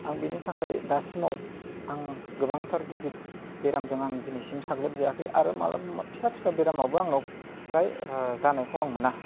आं बेनि थाखाय दासिमाव आं गोबांथार गिदिर बेरामजों आं दिनैसिम साग्लोब जायाखै आरो मालाबा फिसा फिसा बेरामाबो आंनाव फ्राय जानायखौ आं मोना